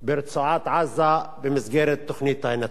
ברצועת-עזה במסגרת תוכנית ההינתקות,